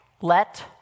Let